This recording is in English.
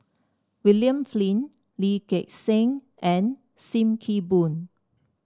William Flint Lee Gek Seng and Sim Kee Boon